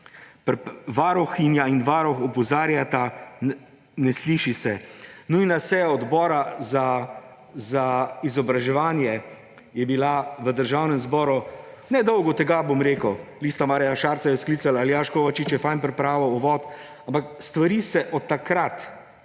Varuhinja in varuh opozarjata ‒ ne sliši se. Nujna seja odbora za izobraževanje je bila v Državnem zboru nedolgo tega, bom rekel. Lista Marjana Šarca jo je sklicala, Aljaž Kovačič je fino pripravil uvod, ampak stvari se od takrat